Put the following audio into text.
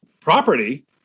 property